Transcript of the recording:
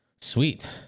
sweet